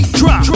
drop